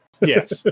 Yes